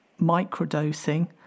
microdosing